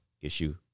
issue